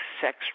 sex